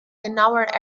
genauer